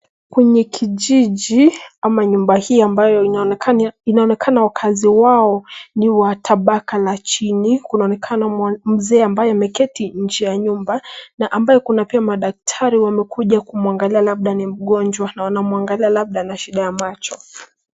Kwenye kijiji ama nyumba hii ambayo inaonekana wakazi wao ni wa tabaka la chini. Kunaonekana mzee ambaye ameketi nje ya nyumba na ambaye kuna pia madaktari wamekuja kumwangalia labda ni mgonjwa na wanamwangalia labda ana shida ya macho.